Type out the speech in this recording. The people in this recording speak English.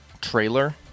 trailer